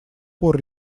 пор